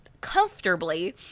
comfortably